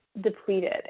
depleted